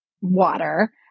water